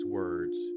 words